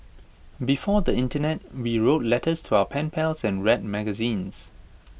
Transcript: before the Internet we wrote letters to our pen pals and read magazines